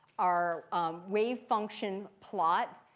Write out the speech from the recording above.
our wave function plot,